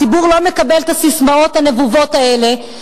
הציבור לא מקבל את הססמאות הנבובות האלה,